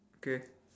K